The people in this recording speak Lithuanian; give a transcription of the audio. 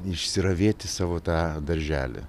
išsiravėti savo tą darželį